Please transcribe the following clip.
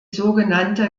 sogenannte